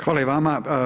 Hvala i vama.